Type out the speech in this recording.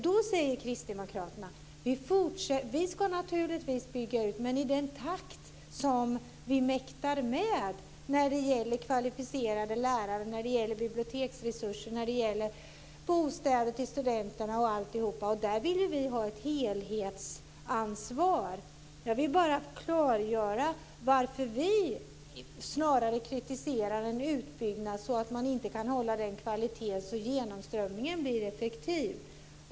Då säger kristdemokraterna: Vi ska naturligtvis bygga ut, men i den takt som vi mäktar med när det gäller kvalificerade lärare, biblioteksresurser, bostäder till studenter osv. Där vill ju vi ha ett helhetsansvar. Jag vill bara klargöra varför vi snarare kritiserar en utbyggnad som gör att man inte kan hålla sådan kvalitet att genomströmningen blir effektiv.